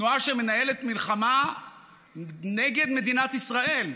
תנועה שמנהלת מלחמה נגד מדינת ישראל,